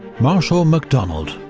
marshal macdonald